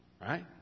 Right